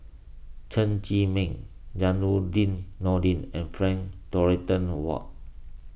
Chen Zhiming Zainudin Nordin and Frank Dorrington Ward